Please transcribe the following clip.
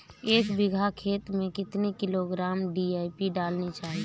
एक बीघा खेत में कितनी किलोग्राम डी.ए.पी डालनी चाहिए?